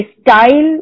style